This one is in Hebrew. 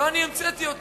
לא אני המצאתי אותם.